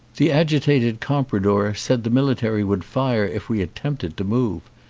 the agitated compradore said the military would fire if we attempted to move.